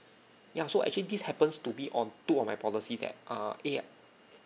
ya so actually this happens to me on two of my policies leh uh A